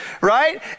right